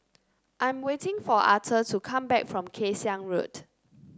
I'm waiting for Authur to come back from Kay Siang Road